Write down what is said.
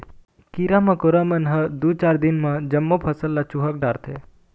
कीरा मकोरा मन ह दूए चार दिन म जम्मो फसल ल चुहक डारथे